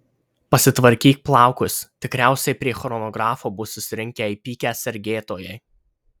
pasitvarkyk plaukus tikriausiai prie chronografo bus susirinkę įpykę sergėtojai